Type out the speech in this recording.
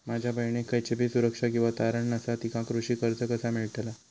माझ्या बहिणीक खयचीबी सुरक्षा किंवा तारण नसा तिका कृषी कर्ज कसा मेळतल?